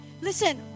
Listen